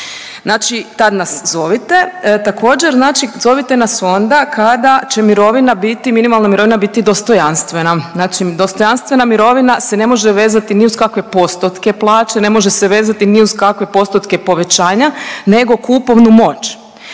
Znači tad nas zovite. Također znači zovite nas onda kada će mirovina biti, minimalna mirovina biti dostojanstvena. Znači dostojanstvena mirovina se ne može vezati ni uz kakve postotke plaće, ne može se vezati ni uz kakve postotke povećanja nego kupovnu moć.